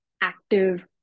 active